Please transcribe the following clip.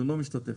לא משתתף.